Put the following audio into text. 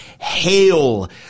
Hail